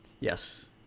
Yes